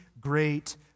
great